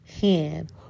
hand